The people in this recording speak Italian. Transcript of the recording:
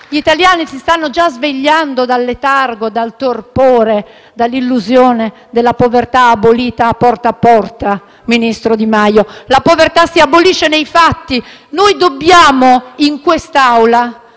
Gli italiani si stanno già svegliando dal letargo, dal torpore, dall'illusione della povertà abolita a «Porta a Porta», ministro Di Maio. La povertà si abolisce nei fatti. In questa Aula